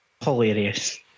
Hilarious